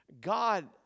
God